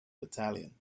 battalion